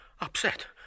Upset